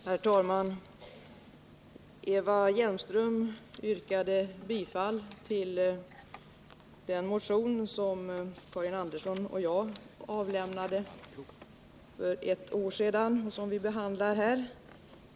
Herr talman! Eva Hjelmström yrkade bifall till den motion som Karin Andersson och jag avlämnade för ett år sedan och som vi nu behandlar här i kammaren.